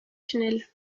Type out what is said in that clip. tunnel